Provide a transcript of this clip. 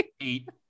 eight